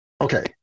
Okay